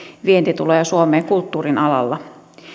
vientituloja suomeen kulttuurin alalla